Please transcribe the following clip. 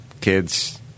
kids